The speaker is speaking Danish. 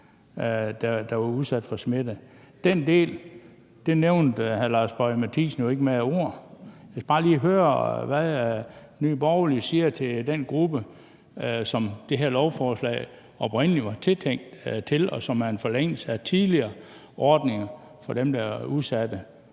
som var udsat for smitte. Den del nævnte hr. Lars Boje Mathiesen jo ikke med et ord. Jeg skal bare lige høre, hvad Nye Borgerlige siger til den gruppe, som det her lovforslag oprindelig var tiltænkt, og det er en forlængelse af tidligere ordninger for dem, der er udsatte.